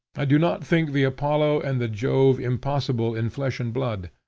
i do not think the apollo and the jove impossible in flesh and blood.